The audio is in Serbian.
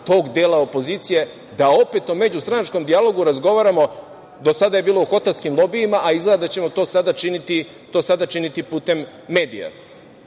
tog dela opozicije da opet o međustranačkom dijalogu razgovaramo, do sada je bilo u hotelskim lobijima, a izgleda da ćemo to sada činiti putem medija? Treće